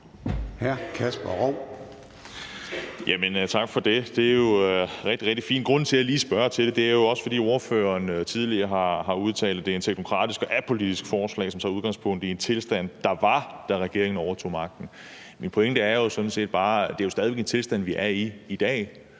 Kasper Roug (S): Tak for det. Det er jo rigtig, rigtig fint. Grunden til, at jeg lige spørger til det, er jo også, at ordføreren tidligere har udtalt, at det er et teknokratisk og apolitisk forslag, som tager udgangspunkt i en tilstand, der var, da regeringen overtog magten. Min pointe er sådan set bare, at det stadig